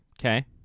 Okay